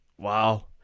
wow